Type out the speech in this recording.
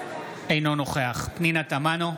אינו נוכח פנינה תמנו,